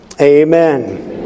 Amen